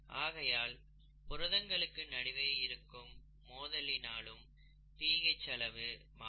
ஆகையால் புரதங்களுக்கு நடுவே இருக்கும் மோதலினாலும் பிஹெச் அளவு மாறும்